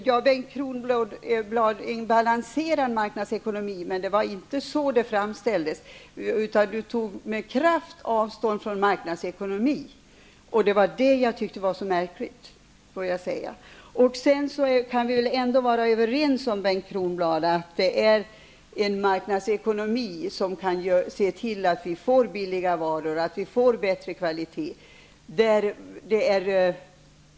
Herr talman! Det framställdes inte som en balanserad marknadsekonomi, utan Bengt Kronblad tog med kraft avstånd från marknadsekonomi. Det var detta som jag tyckte var mycket märkligt. Vi kan väl ändå vara överens om, Bengt Kronblad, att det är med hjälp av marknadsekonomi som vi kan få billiga varor och bättre kvalitet.